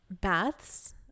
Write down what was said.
Baths